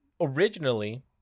originally